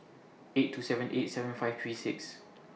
eight two seven eight seven five three six